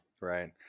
Right